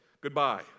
goodbye